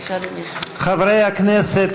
חברי הכנסת,